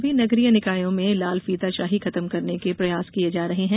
सभी नगरीय निकायों में लालफीताशाही खत्म करने के प्रयास किये जा रहे हैं